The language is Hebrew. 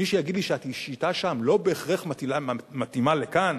מי שיגיד לי שהשיטה שם לא בהכרח מתאימה לכאן,